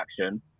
action